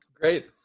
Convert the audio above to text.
Great